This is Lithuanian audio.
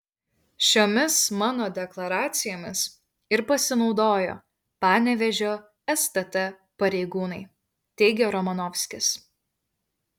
šiomis mano deklaracijomis ir pasinaudojo panevėžio stt pareigūnai teigė romanovskis